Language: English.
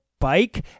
Bike